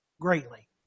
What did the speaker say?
greatly